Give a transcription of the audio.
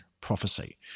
prophecy